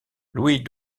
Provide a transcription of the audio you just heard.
louis